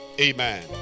amen